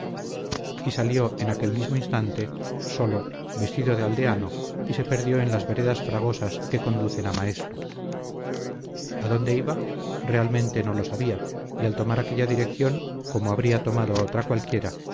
y salió en aquel mismo instante solo vestido de aldeano y se perdió en las veredas fragosas que conducen a maestu a dónde iba realmente no lo sabía y al tomar aquella dirección como habría tomado otra cualquiera